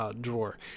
drawer